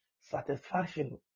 Satisfaction